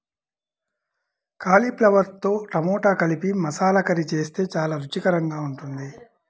కాలీఫ్లవర్తో టమాటా కలిపి మసాలా కర్రీ చేస్తే చాలా రుచికరంగా ఉంటుంది